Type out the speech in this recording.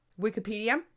Wikipedia